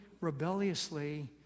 rebelliously